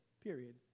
period